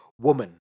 woman